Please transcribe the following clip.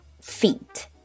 feet